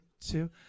two